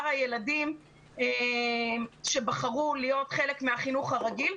הילדים שבחרו להיות חלק מהחינוך הרגיל.